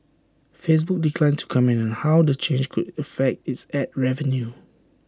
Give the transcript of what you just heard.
Facebook declined to comment on how the change could affect its Ad revenue